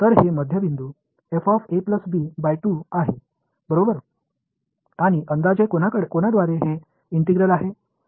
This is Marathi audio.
तर हे मध्यबिंदू आहे बरोबर आणि अंदाजे कोनाद्वारे हे इंटिग्रल आहे